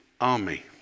army